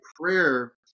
prayer